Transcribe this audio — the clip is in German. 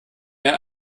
mehr